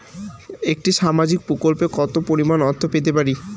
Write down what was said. একটি সামাজিক প্রকল্পে কতো পরিমাণ অর্থ পেতে পারি?